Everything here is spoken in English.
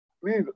please